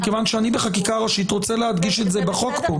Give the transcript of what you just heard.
מכיוון שאני בחקיקה ראשית רוצה להדגיש את זה בחוק פה.